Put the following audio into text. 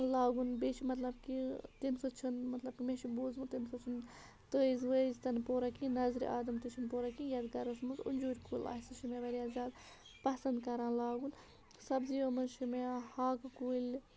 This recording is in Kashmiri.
لاگُن بیٚیہِ چھُ مطلب کہِ تَمہِ سۭتۍ چھُنہٕ مطلب کہِ مےٚ چھُ بوٗزمُت تَمہِ سۭتۍ چھُنہٕ تٲیٖز وٲیٖز تہِ نہٕ پوران کینٛہہ نظرِ آدم تہِ چھُنہٕ پوران کیٚنٛہہ یَتھ گَرَس منٛز انجوٗر کُل آسہِ سُہ مےٚ واریاہ زیادٕ پَسنٛد کَران لاگُن سبزِیو منٛز چھُ مےٚ ہاکہٕ کُلۍ